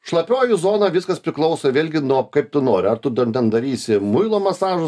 šlapioji zona viskas priklauso vėlgi nuo kaip tu nori ar tu ten darysi muilo masažus